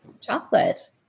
Chocolate